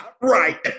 Right